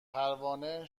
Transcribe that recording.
پروانه